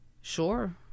Sure